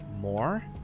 more